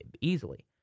easily